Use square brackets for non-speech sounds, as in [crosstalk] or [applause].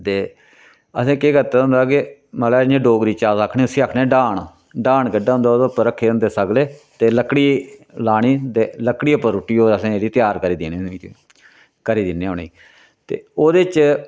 ते असें केह् कीते दा होंदा के मतलबै इ'यां डोगरी च अस आक्खने उसी आक्खने आं डाह्न डाह्न कड्ढे दा होंदा ओह्दे उप्पर रक्खे दे होंदे सगले ते लक्कड़ी लानी ते लक्कड़ी उप्पर रुट्टी ओह् असें जेह्ड़ी त्यार करी देनी [unintelligible] करी दिन्ने आं उनेंगी ते ओह्दे च